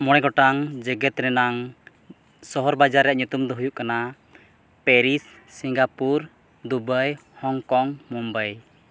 ᱢᱚᱬᱮ ᱜᱚᱴᱟᱝ ᱡᱮᱜᱮᱛ ᱨᱮᱱᱟᱝ ᱥᱚᱦᱚᱨ ᱵᱟᱡᱟᱨ ᱨᱮᱱᱟᱜ ᱧᱩᱛᱩᱢ ᱫᱚ ᱦᱩᱭᱩᱜ ᱠᱟᱱᱟ Paris Singapore Dubai Hong Kong Mumbai